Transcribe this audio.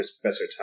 professor